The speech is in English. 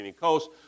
coast